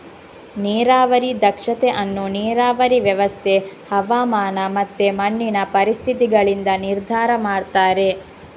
ನೀರಾವರಿ ದಕ್ಷತೆ ಅನ್ನು ನೀರಾವರಿ ವ್ಯವಸ್ಥೆ, ಹವಾಮಾನ ಮತ್ತೆ ಮಣ್ಣಿನ ಪರಿಸ್ಥಿತಿಗಳಿಂದ ನಿರ್ಧಾರ ಮಾಡ್ತಾರೆ